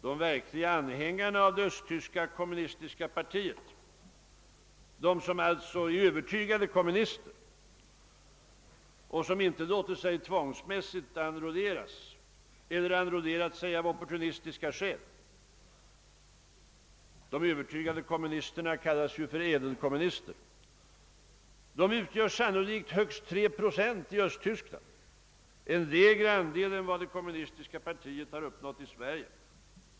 De verkliga anhängarna av det kommunistiska östtyska partiet, alltså de som är övertygade kommunister och som inte låter sig enrolleras tvångsmässigt eller anslutit sig av opportunistiska skäl, de utgör sannolikt högst 3 procent av befolkningen, en lägre andel än vad det kommunistiska partiet har uppnått i Sverige.